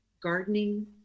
gardening